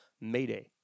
mayday